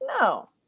no